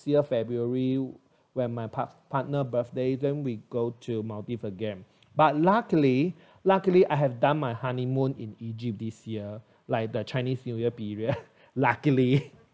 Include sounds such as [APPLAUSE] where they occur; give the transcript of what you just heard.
year february when my pa~ partner birthday then we go to maldives again but luckily luckily I have done my honeymoon in egypt this year like the chinese new year period [LAUGHS] luckily